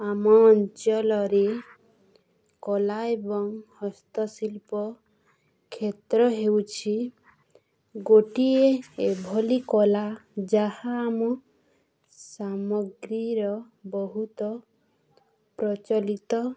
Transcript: ଆମ ଅଞ୍ଚଳରେ କଳା ଏବଂ ହସ୍ତଶିଳ୍ପ କ୍ଷେତ୍ର ହେଉଛି ଗୋଟିଏ ଏଭଳି କଳା ଯାହା ଆମ ସାମଗ୍ରୀର ବହୁତ ପ୍ରଚଳିତ